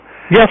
Yes